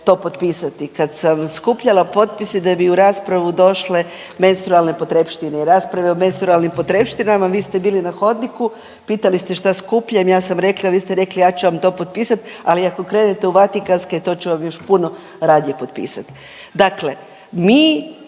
to potpisati? Kad sam skupljala potpise da bi u raspravu došle menstrualne potrepštite i rasprava o menstrualnim potrepštinama, vi ste bili na hodniku pitali ste šta skupljam, ja sam rekla, vi ste rekli ja ću vam to potpisat ali ako krenete u Vatikanske to ću vam još puno radije potpisat. Dakle, mi